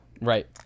Right